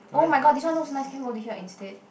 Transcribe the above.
oh-my-god this one looks nice can we go eat here instead